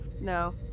No